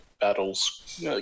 battles